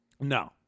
No